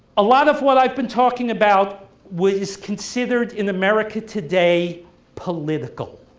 a lot of what i've been talking about was considered in america today political,